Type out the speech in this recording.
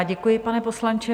Děkuji, pane poslanče.